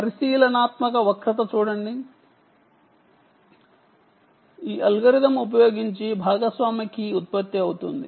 పరిశీలనాత్మక వక్రత చూడండి సమయం 2513 అల్గోరిథం ఉపయోగించి షేర్డ్కీ ఉత్పత్తి అవుతుంది